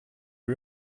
you